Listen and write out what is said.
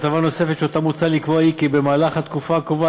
הטבה נוספת שמוצע לקבוע היא כי במהלך התקופה הקרובה,